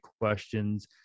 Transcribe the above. questions